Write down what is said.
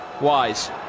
Wise